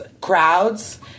crowds